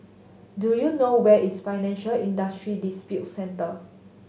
do you know where is Financial Industry Disputes Center